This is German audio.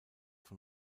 von